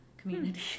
community